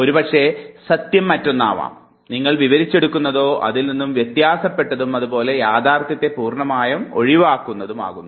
ഒരുപക്ഷേ സത്യം മറ്റൊന്നാവാം നിങ്ങൾ വിവരിച്ചെടുക്കുന്നതോ അതിൽ നിന്നും വ്യത്യസപ്പെട്ടതും അതുപോലെ യാഥാർത്ഥ്യത്തെ പൂർണ്ണമായും ഒഴിവാക്കുന്നതുമാകുന്നു